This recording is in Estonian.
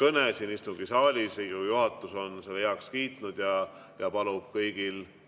kõne siin istungisaalis. Riigikogu juhatus on selle heaks kiitnud ja palub kõigil, ka